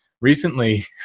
recently